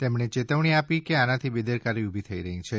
તેમણે ચેતવણી આપી કે આનાથી બેદરકારી ઉભી થઈ છે